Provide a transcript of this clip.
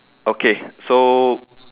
okay so